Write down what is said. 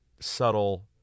subtle